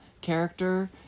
character